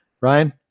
Ryan